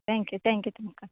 thank you thank you तुमका